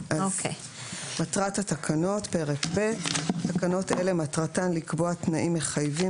מטרת התקנות תקנות אלה מטרתן לקבוע תנאים מחייבים